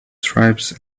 stripes